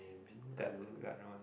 that we are known